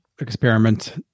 experiment